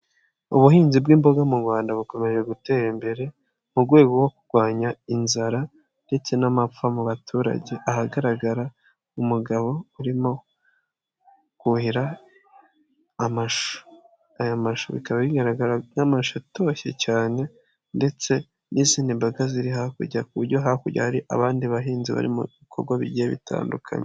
Ubuhinzi bw'imboga mu Rwanda bukomeje gutera imbere, mu rwego rwo kurwanya inzara ndetse n'amapfa mu baturage. Ahagaragara umugabo urimo kuhira amashu. Aya bikaba bigaragara nk'amashu atoshye cyane ndetse n'izindi mboga ziri harya ku buryo hakurya hari abandi bahinzi bari mu bikorwa bigiye bitandukanye.